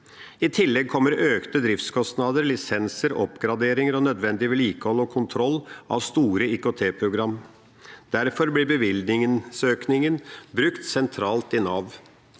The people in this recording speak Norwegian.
I tillegg kommer økte driftskostnader, lisenser, oppgraderinger og nødvendig vedlikehold og kontroll av store IKT-program. Derfor blir bevilgningsøkningen brukt sentralt i Nav.